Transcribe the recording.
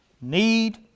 Need